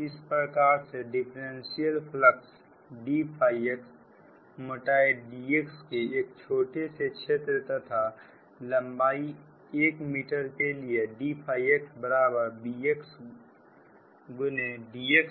इस प्रकार से डिफरेंशियल फ्लक्स dx मोटाई d x के एक छोटे से क्षेत्र तथा लंबाई 1 मीटर के लिए dxBx dx